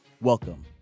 Welcome